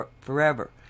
forever